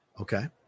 Okay